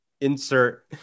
insert